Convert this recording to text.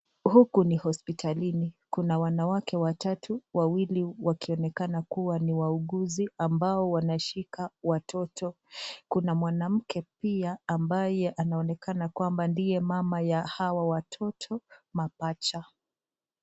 Huku ni hospitalini Kuna wanawake watatu, wawili wakionekana kuwa ni wauguzi ambao wanashika watoto. Kuna mwanamke pia ambaye anaonekana ndiye mama ya watoto hao mapacha.